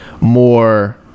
more